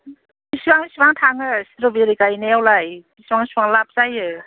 बेसेबां बेसेबां थाङो स्ट्र'बेरी गायनायावलाय बेसेबां बेसेबां लाभ जायो